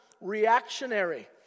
reactionary